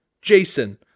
Jason